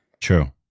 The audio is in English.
true